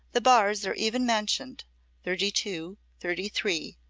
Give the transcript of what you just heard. the bars are even mentioned thirty two, thirty three,